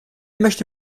möchte